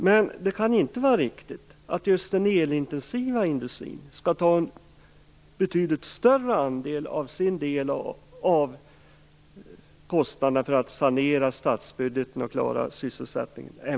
Men det kan inte vara riktigt att just den elintensiva industrin skall ta en betydligt större andel än andra delar av näringslivet av kostnaderna för att sanera statsbudgeten och klara sysselsättningen.